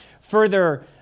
further